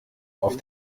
auf